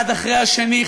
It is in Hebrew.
אחד אחרי השני,